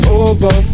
over